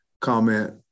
comment